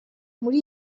muri